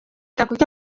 kakule